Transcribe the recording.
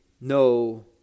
no